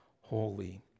holy